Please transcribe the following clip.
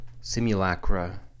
simulacra